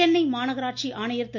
சென்னை மாநகராட்சி ஆணையர் திரு